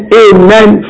amen